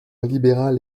libéral